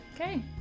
okay